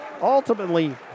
Ultimately